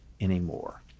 anymore